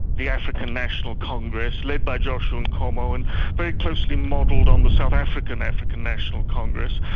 the african national congress, led by joshua nkomo and very closely modelled on the south african african national congress,